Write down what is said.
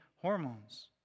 hormones